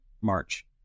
March